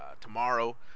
Tomorrow